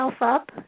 up